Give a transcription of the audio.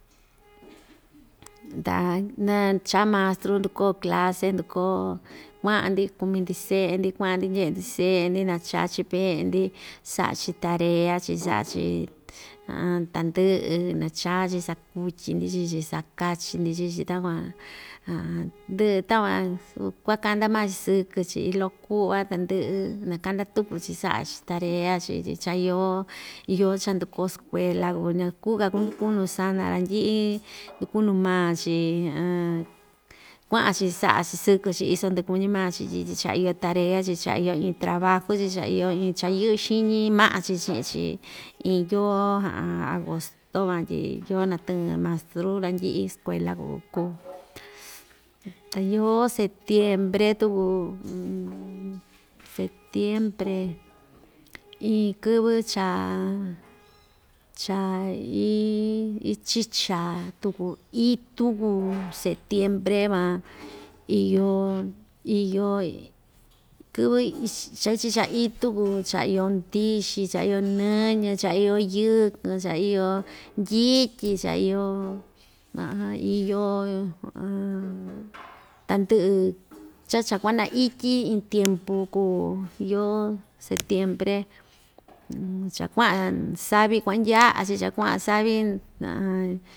ta na‑chaa mastru ndukoo clase ndukoo kuaꞌa‑ndi kumi‑ndi seꞌe‑ndi kuaꞌa‑ndi ndyeꞌe‑ndi seꞌe‑ndi nacha‑chi veꞌe‑ndi saꞌa‑chi tarea‑chi saꞌa‑chi tandɨꞌɨ nachaa‑chi sakutyi‑ndi chii‑chi sakachi‑ndi chii‑chi takuan ndɨꞌɨ takuan kuakanda maa‑chi sɨkɨ‑chi iin loꞌo kuaꞌa ta ndɨꞌɨ nakanda tuku‑chi saꞌa‑chi tarea‑chi tyi chaa yoo yoo cha ndukoo skuela kuu ñakuu‑ka kundukunu sana randɨꞌɨ dukunu maa‑chi kuaꞌa‑chi saꞌa‑chi sɨkɨ‑chi iso ndɨꞌɨ kuñi maa‑chi tyi cha iyo tarea‑chi cha iyo iin tarea‑chi cha iyo iin trabajo‑chi cha iyo iin cha yɨꞌɨ xiñi maꞌa‑chi chiꞌin chi iin yoo agosto van tyi yoo natɨɨn mastru randɨꞌɨ skuela kuu kuu, ta yoo septiembre tuku septiembre iin kɨvɨ cha cha iii ichicha tuku itu kuu setiembre van iyo iyo kɨvɨ cha ichicha itu kuu cha iyo ndɨxɨ cha iyo nɨñɨ cha iyo yɨkɨn cha iyo ndyityi cha iyo iyo tandɨꞌɨ cha cha kuanaityi iin tiempu kuu yoo setiempre cha kuaꞌan savi kuandyaꞌa‑chi cha kuaꞌan savi.